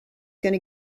gonna